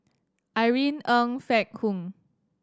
Irene Ng Phek Hoong